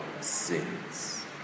sins